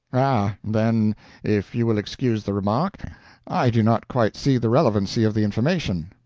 ah. then if you will excuse the remark i do not quite see the relevancy of the information.